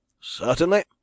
Certainly